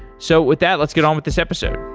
so with that, let's get on with this episode.